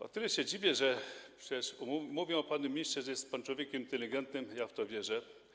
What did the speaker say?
O tyle się dziwię, że przecież mówią o panu, panie ministrze, że jest pan człowiekiem inteligentnym, i ja w to wierzę.